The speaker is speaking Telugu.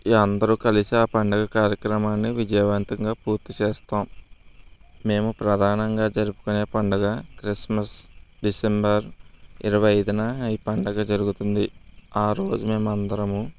ఇక అందరూ కలిసి ఆ పండగ కార్యక్రమాన్ని విజయవంతంగా పూర్తి చేస్తాము మేము ప్రధానంగా జరుపుకునే పండగ క్రిస్మస్ డిసెంబర్ ఇరవై ఐదున న ఈ పండగ జరుగుతుంది ఆ రోజు మేము అందరము